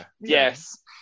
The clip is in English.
yes